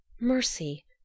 mercy